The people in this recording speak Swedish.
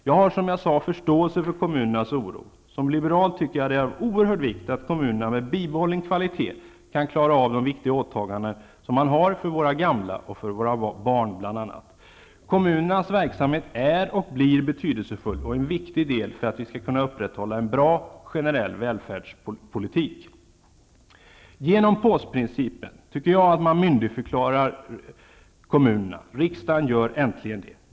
Jag har, som jag sagt, förståelse för kommunernas oro. Som liberal tycker jag att det är av oerhörd vikt att kommunerna med bibehållen kvalitet kan klara av sina viktiga åtaganden bl.a. för våra gamla och för våra barn. Kommunernas verksamhet är -- och blir -- betydelsefull och viktig för att vi skall kunna upprätthålla en bra generell välfärdspolitik. Genom ''pås-principen'' tycker jag att riksdagen äntligen myndigförklarar kommunerna.